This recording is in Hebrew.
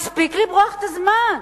מספיק למרוח את הזמן.